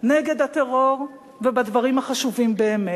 נגד הטרור ובדברים החשובים באמת.